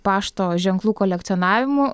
pašto ženklų kolekcionavimu